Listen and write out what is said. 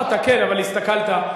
אמרת והסתכלת.